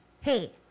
hey